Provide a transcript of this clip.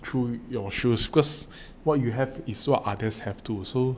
through your shoes because what you have is what others have too so